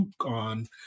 on